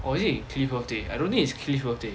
or is it in cliff birthday I don't think it's cliff birthday